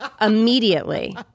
immediately